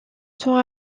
temps